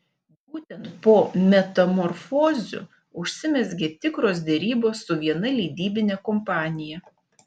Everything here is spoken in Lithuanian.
būtent po metamorfozių užsimezgė tikros derybos su viena leidybine kompanija